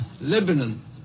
Lebanon